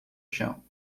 chão